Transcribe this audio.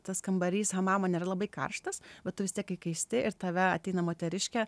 tas kambarys hamamo nėra labai karštas bet tu vis tiek įkaisti ir tave ateina moteriškė